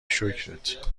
شکرت